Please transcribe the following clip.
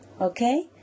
okay